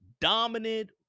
dominant